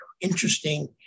interesting